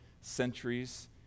centuries